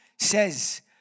says